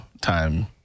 time